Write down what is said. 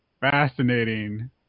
fascinating